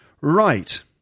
Right